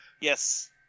Yes